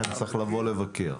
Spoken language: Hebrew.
תבוא לבקר.